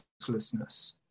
uselessness